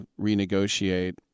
renegotiate